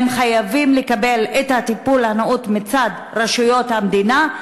הם חייבים לקבל טיפול נאות מצד רשויות המדינה.